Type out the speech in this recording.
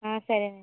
సరేనండి